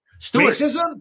Racism